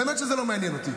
באמת שזה לא מעניין אותי.